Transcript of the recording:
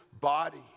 body